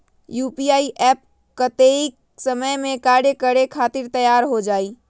UPI app कतेइक समय मे कार्य करे खातीर तैयार हो जाई?